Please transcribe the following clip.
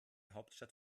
hauptstadt